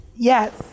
Yes